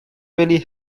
very